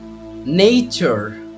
nature